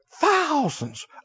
Thousands